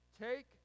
take